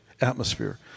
atmosphere